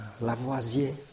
Lavoisier